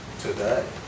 today